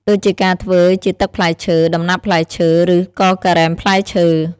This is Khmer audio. ដូចជាការធ្វើជាទឹកផ្លែឈើ ដំណាប់ផ្លែឈើ ឬក៏ការ៉េមផ្លែឈើ។